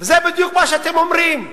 זה בדיוק מה שאתם אומרים.